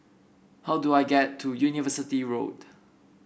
how do I get to University Road